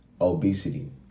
Obesity